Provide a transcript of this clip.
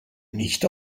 nicht